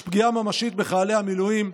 יש פגיעה ממשית בחיילי המילואים.